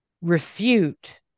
refute